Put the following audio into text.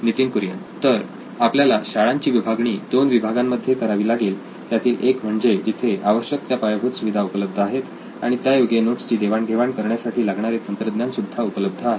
नितीन कुरियन तर आपल्याला शाळांची विभागणी दोन विभागांमध्ये करावी लागेल त्यातील एक म्हणजे जिथे आवश्यक त्या पायाभूत सुविधा उपलब्ध आहेत आणि त्यायोगे नोट्सची देवाणघेवाण करण्यासाठी लागणारे तंत्रज्ञान सुद्धा उपलब्ध आहे